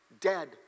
Dead